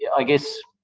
i guess